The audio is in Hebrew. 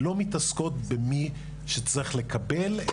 לא מתעסקות במי שצריך לקבל,